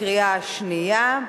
קריאה שנייה.